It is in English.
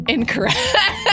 Incorrect